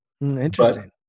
Interesting